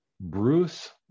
Bruce